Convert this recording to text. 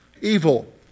evil